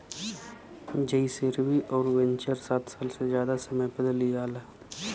जइसेरवि अउर वेन्चर सात साल से जादा समय बदे लिआला